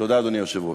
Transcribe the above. תודה, אדוני היושב-ראש.